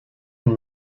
and